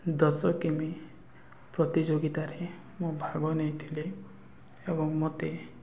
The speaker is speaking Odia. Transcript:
ଦଶ କିମି ପ୍ରତିଯୋଗିତାରେ ମୁଁ ଭାଗ ନେଇଥିଲି ଏବଂ ମୋତେ